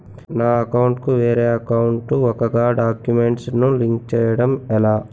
నా అకౌంట్ కు వేరే అకౌంట్ ఒక గడాక్యుమెంట్స్ ను లింక్ చేయడం ఎలా?